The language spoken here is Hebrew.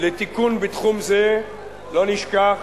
לתיקון בתחום זה, לא נשכח